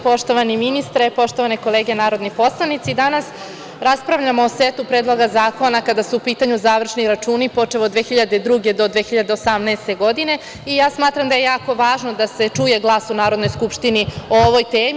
Poštovani ministre, poštovane kolege narodni poslanici, danas raspravljamo o setu predloga zakona kada su u pitanju završni računi počev od 2002. do 2018. godine, i ja smatram da je jako važno da se čuje glas u Narodnoj skupštini o ovoj temi.